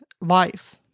life